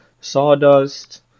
sawdust